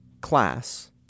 class